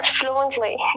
fluently